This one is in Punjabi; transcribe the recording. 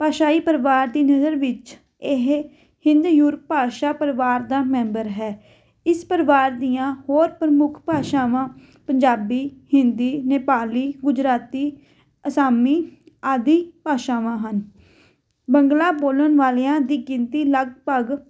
ਭਾਸ਼ਾਈ ਪਰਿਵਾਰ ਦੀ ਨਜ਼ਰ ਵਿੱਚ ਇਹ ਹਿੰਦ ਯੂਰਪ ਭਾਸ਼ਾ ਪਰਿਵਾਰ ਦਾ ਮੈਂਬਰ ਹੈ ਇਸ ਪਰਿਵਾਰ ਦੀਆਂ ਹੋਰ ਪ੍ਰਮੁੱਖ ਭਾਸ਼ਾਵਾਂ ਪੰਜਾਬੀ ਹਿੰਦੀ ਨੇਪਾਲੀ ਗੁਜਰਾਤੀ ਅਸਾਮੀ ਆਦਿ ਭਾਸ਼ਾਵਾਂ ਹਨ ਬੰਗਲਾ ਬੋਲਣ ਵਾਲਿਆਂ ਦੀ ਗਿਣਤੀ ਲਗਭਗ